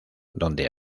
donde